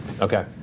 Okay